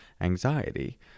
anxiety